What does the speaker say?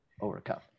overcome